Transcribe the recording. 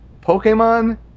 Pokemon